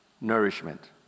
nourishment